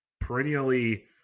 perennially